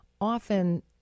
Often